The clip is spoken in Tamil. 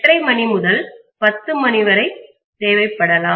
5 முதல் 10 மணி தேவைப்படலாம்